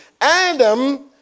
Adam